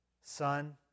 son